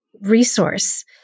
resource